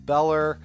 Beller